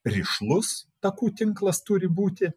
rišlus takų tinklas turi būti